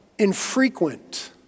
infrequent